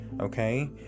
okay